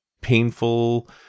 painful